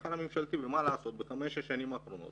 השכר הממשלתי, ומה לעשות, בחמש השנים האחרונות